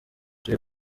turi